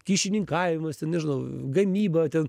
kyšininkavimas ten nežinau gamyba ten